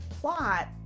plot